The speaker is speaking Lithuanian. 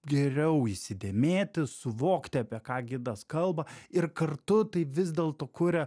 geriau įsidėmėti suvokti apie ką gidas kalba ir kartu tai vis dėlto kuria